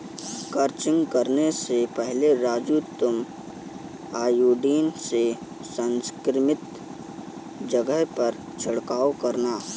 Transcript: crutching करने से पहले राजू तुम आयोडीन से संक्रमित जगह पर छिड़काव करना